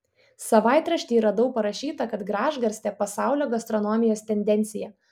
savaitrašty radau parašyta kad gražgarstė pasaulio gastronomijos tendencija